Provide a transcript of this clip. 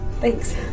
Thanks